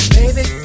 Baby